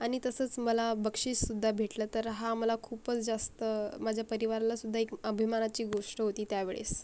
आणि तसंच मला बक्षीससुद्धा भेटलं तर हा मला खूपच जास्त माझ्या परिवारालासुद्धा एक अभिमानाची गोष्ट होती त्या वेळेस